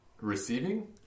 receiving